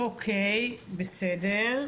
בסדר.